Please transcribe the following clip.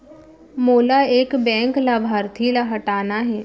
मोला एक बैंक लाभार्थी ल हटाना हे?